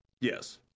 Yes